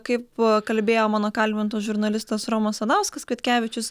kaip kalbėjo mano kalbintas žurnalistas romas sadauskas kvietkevičius